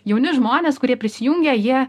jauni žmonės kurie prisijungia jie